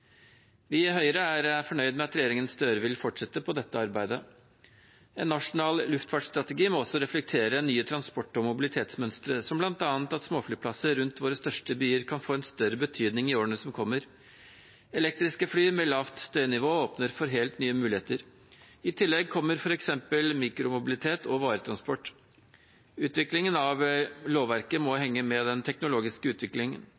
Vi i Høyre er fornøyd med at regjeringen Støre vil fortsette på dette arbeidet. En nasjonal luftfartsstrategi må også reflektere nye transport- og mobilitetsmønstre, som bl.a. at småflyplasser rundt våre største byer kan få en større betydning i årene som kommer. Elektriske fly med lavt støynivå åpner for helt nye muligheter. I tillegg kommer f.eks. mikromobilitet og varetransport. Utviklingen av lovverket må henge med i den teknologiske utviklingen.